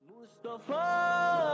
Mustafa